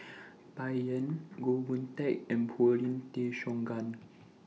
Bai Yan Goh Boon Teck and Paulin Tay Straughan